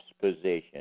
position